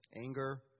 anger